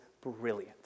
brilliant